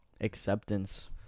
acceptance